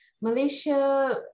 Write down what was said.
Malaysia